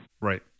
Right